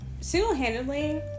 single-handedly